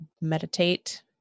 meditate